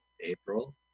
April